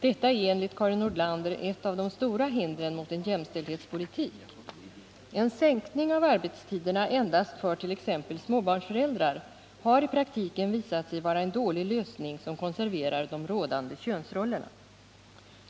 Detta är enligt Karin Nordlander ett av de stora hindren mot en jämställdhetspolitik. En sänkning av arbetstiderna endast för t.ex. småbarnsföräldrar har i praktiken visat sig vara en dålig lösning som konserverar de rådande könsrollerna.